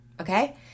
okay